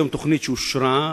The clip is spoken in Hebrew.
יש היום תוכנית שאושרה,